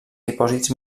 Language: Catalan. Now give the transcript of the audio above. dipòsits